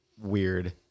weird